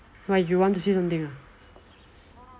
why you want to say something ah